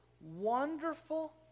Wonderful